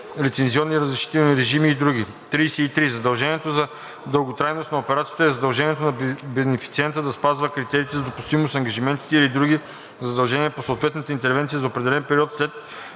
лицензионни и разрешителни режими и други. 33. „Задължение за дълготрайност на операцията“ е задължението на бенефициента да спазва критериите за допустимост, ангажиментите или другите задължения по съответната интервенция за определен период след